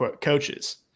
coaches